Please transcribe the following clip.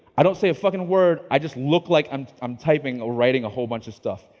i don't say a fucking word. i just look like i'm i'm typing or writing a whole bunch of stuff.